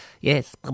Yes